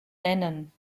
nennen